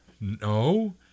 No